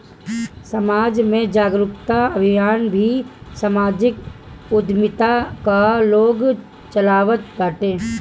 समाज में जागरूकता अभियान भी समाजिक उद्यमिता कअ लोग चलावत बाटे